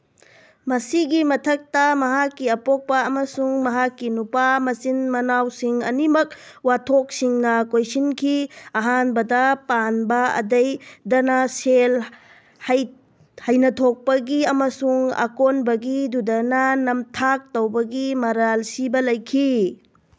ꯃꯁꯤꯒꯤ ꯃꯊꯛꯇ ꯃꯍꯥꯛꯀꯤ ꯑꯄꯣꯛꯄ ꯑꯃꯁꯨꯡ ꯃꯍꯥꯛꯀꯤ ꯅꯨꯄꯥ ꯃꯆꯤꯟ ꯃꯅꯥꯎꯁꯤꯡ ꯑꯅꯤꯃꯛ ꯋꯥꯊꯣꯛꯁꯤꯡꯅ ꯀꯣꯏꯁꯤꯟꯈꯤ ꯑꯍꯥꯟꯕꯗ ꯄꯥꯟꯕ ꯑꯗꯩ ꯗꯅ ꯁꯦꯜ ꯍꯩꯅꯊꯣꯛꯄꯒꯤ ꯑꯃꯁꯨꯡ ꯑꯀꯣꯟꯕꯒꯤ ꯗꯨꯗꯅ ꯅꯝꯊꯥꯛ ꯇꯧꯕꯒꯤ ꯃꯔꯥꯜ ꯁꯤꯕ ꯂꯩꯈꯤ